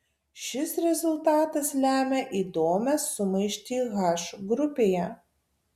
šis rezultatas lemia įdomią sumaištį h grupėje